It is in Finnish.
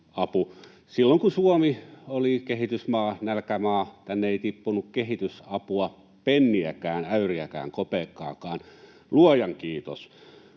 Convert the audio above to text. Silloin kun Suomi oli kehitysmaa, nälkämaa, tänne ei tippunut kehitysapua penniäkään, äyriäkään, kopeekkaakaan — Luojan kiitos.